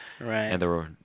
Right